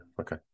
okay